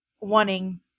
wanting